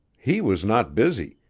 he was not busy,